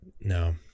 No